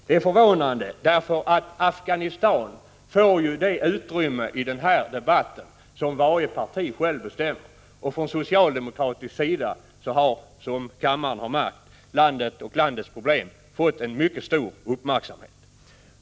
Det är förvånande därför att Afghanistan får det utrymme i den här debatten som varje parti självt bestämmer, och från socialdemokratisk sida har, som kammaren har märkt, landet och landets problem fått en mycket stor uppmärksamhet.